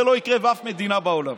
זה לא יקרה באף מדינה בעולם.